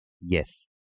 Yes